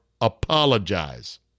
apologize